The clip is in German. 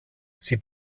sie